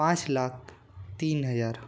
पाँच लाख तीन हज़ार